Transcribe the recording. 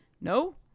No